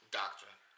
doctrine